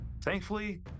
Thankfully